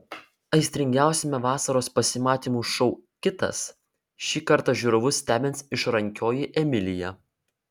aistringiausiame vasaros pasimatymų šou kitas šį kartą žiūrovus stebins išrankioji emilija